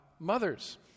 mothers